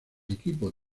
equipo